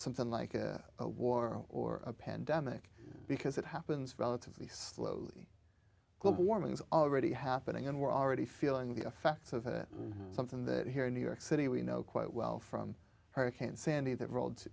something like a war or a pandemic because it happens relatively slowly global warming is already happening and we're already feeling the effects of it something that here in new york city we know quite well from hurricane sandy that rolled to